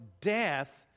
death